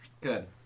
good